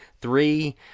Three